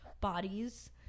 bodies